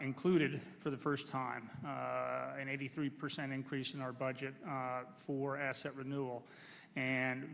included for the first time an eighty three percent increase in our budget for asset renewal and